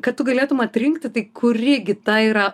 kad tu galėtum atrinkti tai kur gi tai yra